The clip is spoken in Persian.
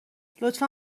لطفا